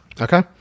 okay